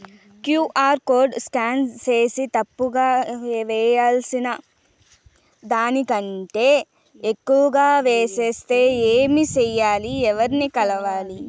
QR code scan సేసి తప్పు గా వేయాల్సిన దానికంటే ఎక్కువగా వేసెస్తే ఏమి సెయ్యాలి? ఎవర్ని కలవాలి?